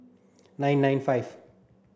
nine nine five